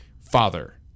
Father